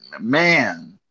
Man